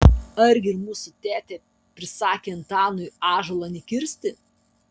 argi ir mūsų tėtė prisakė antanui ąžuolo nekirsti